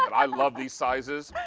i love the sizes.